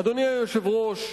אדוני היושב-ראש,